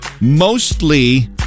mostly